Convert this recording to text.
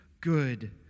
good